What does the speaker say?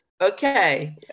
okay